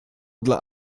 dla